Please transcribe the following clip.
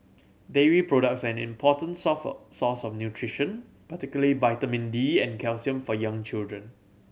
dairy products are an important source of nutrition particularly vitamin D and calcium for young children